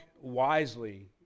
wisely